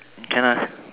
can lah